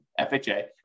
FHA